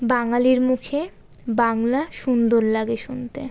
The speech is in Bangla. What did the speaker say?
বাঙালির মুখে বাংলা সুন্দর লাগে শুনতে